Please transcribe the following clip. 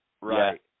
Right